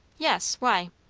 yes why?